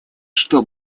что